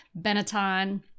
Benetton